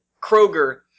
Kroger